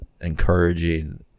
encouraging